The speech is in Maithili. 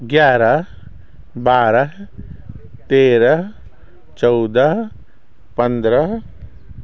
एगारह बारह तेरह चौदह पन्द्रह